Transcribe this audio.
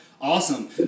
awesome